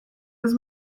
his